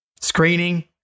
screening